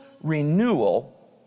renewal